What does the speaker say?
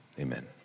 Amen